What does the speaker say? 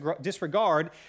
disregard